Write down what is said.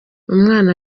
umwana